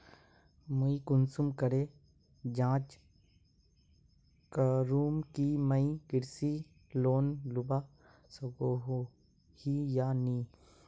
मुई कुंसम करे जाँच करूम की मुई कृषि लोन लुबा सकोहो ही या नी?